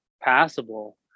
passable